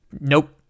nope